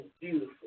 beautiful